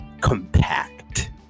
compact